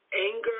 anger